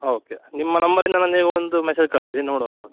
ಹಾಂ ಓಕೆ ನಿಮ್ಮ ನಂಬರಿಂದ ನನಗ್ ಒಂದು ಮೆಸೇಜ್ ಕಳಿಸಿ ನೋಡೋಣ